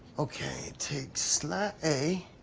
okay, it takes slat a